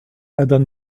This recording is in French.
adam